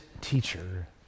teacher